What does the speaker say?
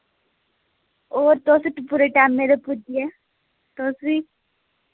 और तुस पूरे टैमे दे पुज्जियै तुस बी